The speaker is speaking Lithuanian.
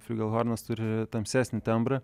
fliugelhornas turi tamsesnį tembrą